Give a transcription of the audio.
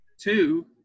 Two